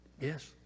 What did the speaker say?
Yes